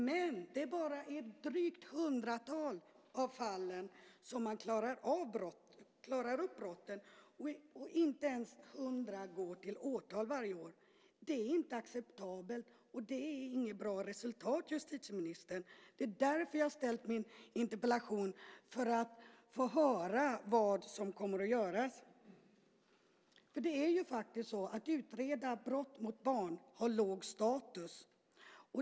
Men det är bara i ett drygt hundratal fall som man klarar upp brotten, och inte ens 100 går till åtal varje år. Det är inte acceptabelt. Det är inget bra resultat, justitieministern. Det är därför jag har ställt min interpellation för att få höra vad som kommer att göras. Att utreda brott mot barn har låg status.